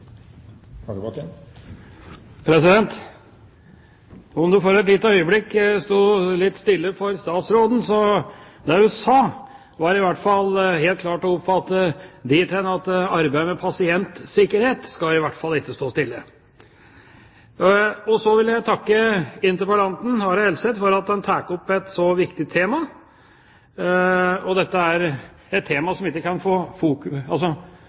om det et lite øyeblikk sto litt stille for statsråden, var i hvert fall det hun sa, helt klart å oppfatte dit hen at arbeidet med pasientsikkerhet i hvert fall ikke skal stå stille. Så vil jeg takke interpellanten Are Helseth for at han tar opp et så viktig tema. Dette er et tema som vi egentlig ikke kan